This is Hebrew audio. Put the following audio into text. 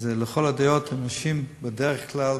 לכל הדעות, אנשים בדרך כלל,